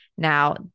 Now